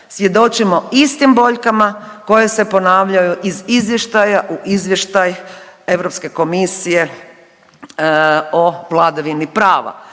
svjedočimo istim boljkama koje se ponavljaju iz izvještaja u izvještaj EU komisije o vladavini prava.